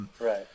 Right